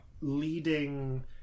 leading